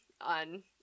on